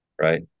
right